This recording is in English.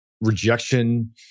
rejection